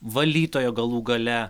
valytojo galų gale